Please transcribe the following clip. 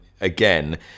again